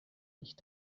nicht